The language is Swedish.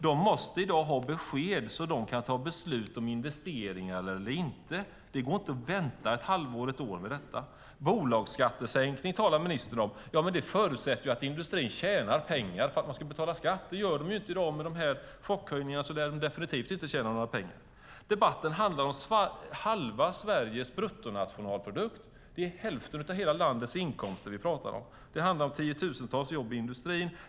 De måste i dag ha besked så att de kan ta beslut om investeringar. Det går inte att vänta ett halvår eller ett år med detta. Bolagsskattesänkning talar ministern om. Ja, men det förutsätter ju att industrin tjänar pengar för att man ska betala skatt. Det gör de inte i dag. Med de här chockhöjningarna lär de definitivt inte tjäna några pengar. Debatten handlar om halva Sveriges bruttonationalprodukt. Det är hälften av hela landets inkomster vi pratar om. Det handlar om tiotusentals jobb i industrin.